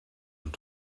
und